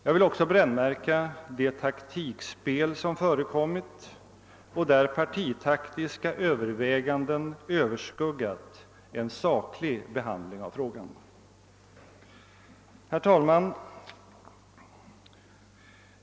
Jag vill också brännmärka det taktikspel som förekommit och där partitaktiska överväganden överskuggat en saklig behandling av frågan. Herr talman!